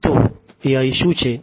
તો AI શું છે